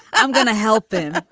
i'm going to help them.